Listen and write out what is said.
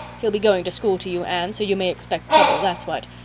he'll be going to school to you, anne, so you may expect trouble, that's what.